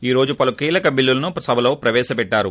ఈ రోజు పలు కీలక బిల్లులను సభలో ప్రవేశపెట్టారు